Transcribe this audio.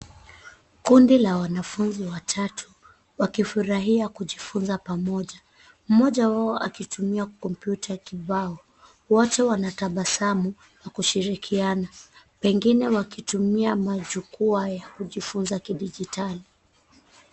Kundi la wanafunzi watatu wakifurahia kujifunza pamoja, mmoja wao akitumia kompyuta kibao wote wanatabasamu kwa kushirikiana wengine wakitumia majukwaa ya kujifunza kidijitali.